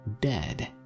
dead